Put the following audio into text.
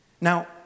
Now